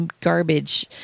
garbage